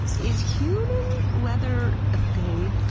is human leather a thing?